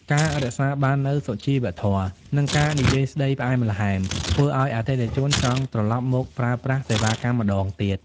ការរក្សាបាននូវសុជីវធម៌ និងការនិយាយស្ដីផ្អែមល្ហែម ធ្វើឱ្យអតិថិជនចង់ត្រឡប់មកប្រើប្រាស់សេវាកម្មម្ដងទៀត។